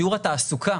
שיעור התעסוקה